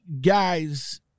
guys